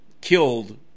killed